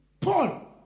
Paul